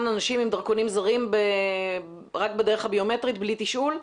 אנשים עם דרכונים זרים רק בדרך הביומטרית בלי תשאול?